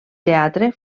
teatre